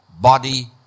body